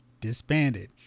disbanded